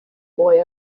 boy